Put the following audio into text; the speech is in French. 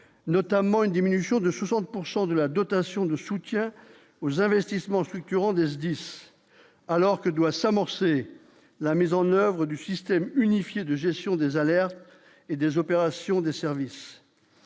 notamment une diminution de 60 pourcent de la dotation de soutien aux investissements structurants DC10 alors que doit s'amorcer la mise en oeuvre du système unifié de gestion des alertes et des opérations des services.